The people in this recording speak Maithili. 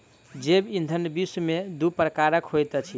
जैव ईंधन विश्व में दू प्रकारक होइत अछि